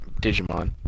Digimon